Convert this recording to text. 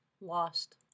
lost